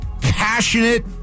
passionate